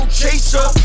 chaser